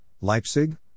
Leipzig